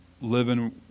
living